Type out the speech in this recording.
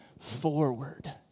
forward